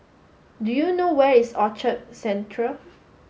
do you know where is Orchard Central